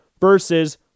versus